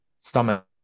stomach